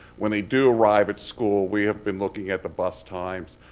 when they do arrive at school, we have been looking at the bus times.